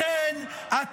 אז אתה לא מתנגד לחוק?